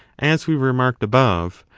as we remarked above,